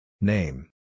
Name